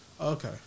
Okay